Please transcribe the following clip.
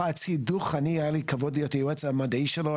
אני היה לי כבוד להיות היועץ המדעי שלו,